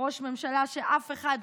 ראש ממשלה שאף אחד,